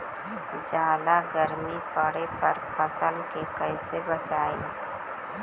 जादा गर्मी पड़े पर फसल के कैसे बचाई?